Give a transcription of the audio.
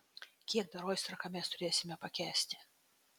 kiek dar oistrachą mes turėsime pakęsti